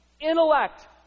intellect